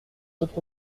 votre